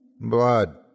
Blood